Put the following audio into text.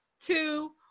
two